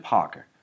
Parker